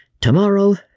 Tomorrow